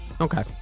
Okay